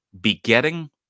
Begetting